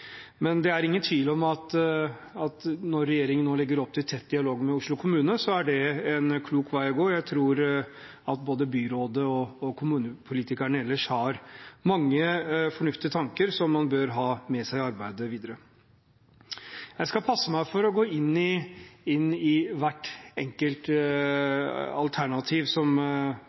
Det er ingen tvil om at når regjeringen nå legger opp til tett dialog med Oslo kommune, er det en klok vei å gå. Jeg tror at både byrådet og kommunepolitikerne ellers har mange fornuftige tanker som man bør ha med seg i arbeidet videre. Jeg skal passe meg for å gå inn i hvert enkelt